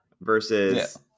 versus